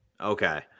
okay